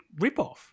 ripoff